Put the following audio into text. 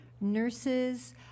nurses